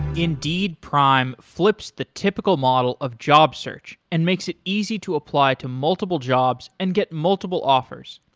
indeed prime flips the typical model of job search and makes it easy to apply to multiple jobs and get multiple offers.